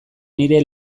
nire